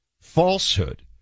falsehood